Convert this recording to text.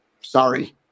Sorry